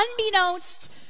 unbeknownst